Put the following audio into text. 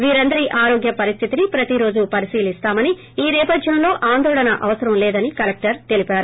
వీరందరి ఆరోగ్య పరిస్టితిని ప్రతిరోజూ పరిశీలిస్తామని ఈ నేపథ్యంలో ఆందోళన అవసరం లేదని కలెక్టర్ తెలిపారు